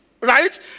Right